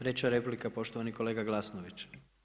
3 replika, poštovani kolega Glasnović.